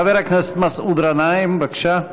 חבר הכנסת מסעוד גנאים, בבקשה.